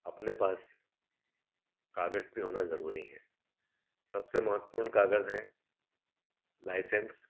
अपने पास कागज़ भी होना ज़रूरी है सबसे महत्वपूर्ण कागज़ है लाइसेन्स